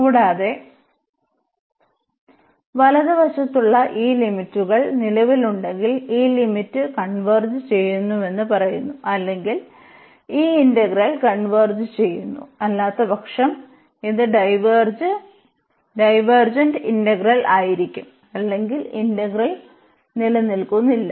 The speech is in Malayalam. കൂടാതെ വലതുവശത്തുള്ള ഈ ലിമിറ്റ്കൾ നിലവിലുണ്ടെങ്കിൽ ഈ ലിമിറ്റ് കൺവേർജ് ചെയ്യുന്നു വെന്ന് പറയുന്നു അല്ലെങ്കിൽ ഈ ഇന്റഗ്രൽ കൺവേർജ് ചെയ്യുന്നു അല്ലാത്തപക്ഷം ഇത് ഡൈവേർജന്റ് ഇന്റഗ്രൽ ആയിരിക്കും അല്ലെങ്കിൽ ഇന്റഗ്രൽ നിലനിൽക്കുന്നില്ല